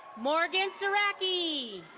morgan seracki.